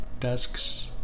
desks